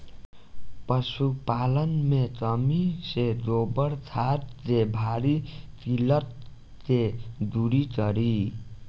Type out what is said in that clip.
पशुपालन मे कमी से गोबर खाद के भारी किल्लत के दुरी करी?